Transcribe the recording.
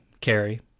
carrie